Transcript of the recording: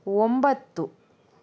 ಒಂಬತ್ತು